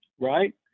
right